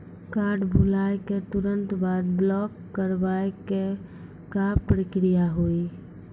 Card भुलाए के तुरंत बाद ब्लॉक करवाए के का प्रक्रिया हुई?